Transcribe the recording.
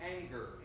anger